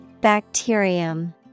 Bacterium